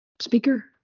speaker